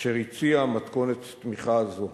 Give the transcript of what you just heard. אשר הציעה מתכונת תמיכה זו.